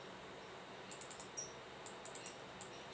okay